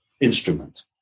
instrument